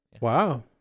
Wow